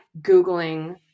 Googling